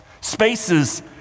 Spaces